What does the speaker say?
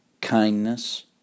kindness